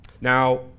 Now